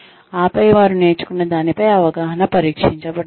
ఆపై వారు నేర్చుకున్నదానిపై అవగాహన పరీక్షించబడుతుంది